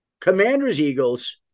Commanders-Eagles